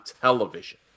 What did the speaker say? television